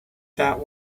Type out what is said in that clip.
that